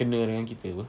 kena dengan kita [pe]